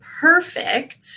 perfect